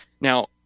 Now